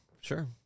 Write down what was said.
sure